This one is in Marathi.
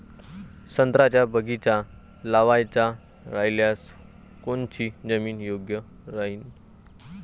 संत्र्याचा बगीचा लावायचा रायल्यास कोनची जमीन योग्य राहीन?